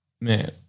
man